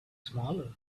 smaller